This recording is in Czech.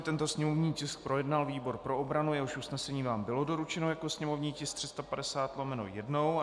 Tento sněmovní tisk projednal výbor pro obranu, jehož usnesení vám bylo doručeno jako sněmovní tisk 350/1.